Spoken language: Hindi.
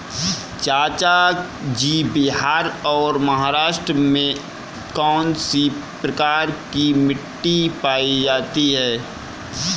चाचा जी बिहार और महाराष्ट्र में कौन सी प्रकार की मिट्टी पाई जाती है?